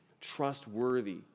trustworthy